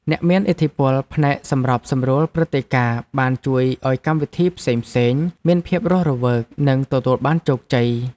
អ្នកមានឥទ្ធិពលផ្នែកសម្របសម្រួលព្រឹត្តិការណ៍បានជួយឱ្យកម្មវិធីផ្សេងៗមានភាពរស់រវើកនិងទទួលបានជោគជ័យ។